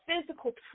physical